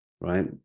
right